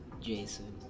jason